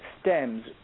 stems